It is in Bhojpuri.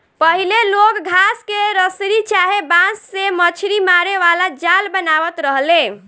पहिले लोग घास के रसरी चाहे बांस से मछरी मारे वाला जाल बनावत रहले